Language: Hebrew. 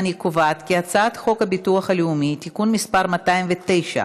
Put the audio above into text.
אני קובעת כי הצעת חוק הביטוח הלאומי (תיקון מס' 209),